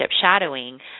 shadowing